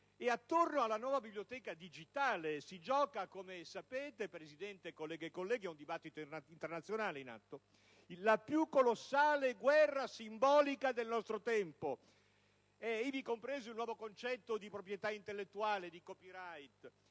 Attorno alla nuova biblioteca digitale si gioca - come sapete, Presidente, colleghi e colleghe, è in atto un dibattito internazionale - la più colossale guerra simbolica del nostro tempo, ivi compreso il nuovo concetto di proprietà intellettuale, o *copyright*.